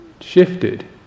shifted